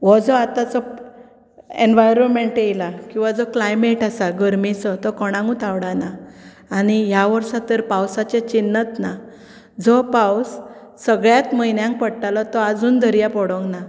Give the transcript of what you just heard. वो जो आतां जो एनवायरमॅण्ट येयला किंवां जो क्लायमेट आसा गर्मेचो तो कोणांगूत आवडाना आनी ह्या वर्सा तर पावसाचें चिन्नत ना जो पावस सगळ्यात म्हयन्यांक पडटालो तो आजून धरया पडोंक ना